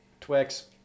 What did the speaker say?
Twix